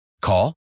Call